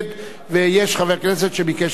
ויש חבר כנסת שביקש להתנגד.